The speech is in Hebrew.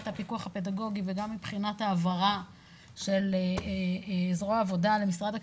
הפיקוח הפדגוגי וגם מבחינת ההעברה של זרוע העבודה למשרד הכלכלה,